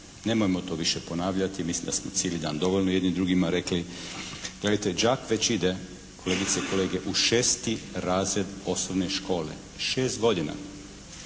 Nemojmo to više ponavljati. Mislim da smo cijeli dan dovoljno jedni drugima rekli. Gledajte đak već ide kolegice i kolege u 6. razred osnovne škole. 6 godina.